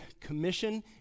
Commission